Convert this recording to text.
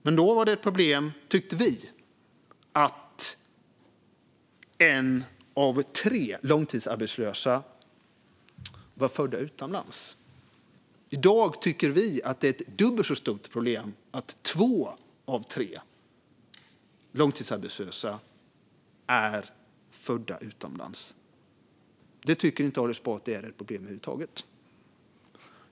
Men då tyckte vi att det var ett problem att en av tre långtidsarbetslösa var född utomlands. I dag tycker vi att det är ett dubbelt så stort problem att två av tre långtidsarbetslösa är födda utomlands. Det tycker inte Ali Esbati är ett problem över huvud taget.